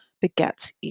begets